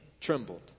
trembled